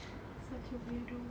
such a weirdo